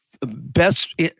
Best